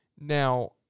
Now